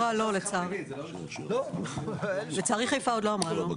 לצערי חיפה עוד לא אמרה לא.